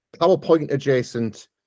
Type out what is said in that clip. PowerPoint-adjacent